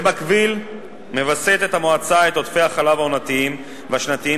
במקביל המועצה מווסתת את עודפי החלב העונתיים והשנתיים